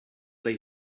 they